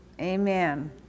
Amen